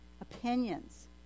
opinions